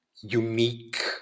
unique